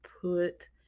put